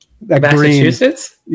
Massachusetts